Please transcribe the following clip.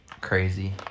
Crazy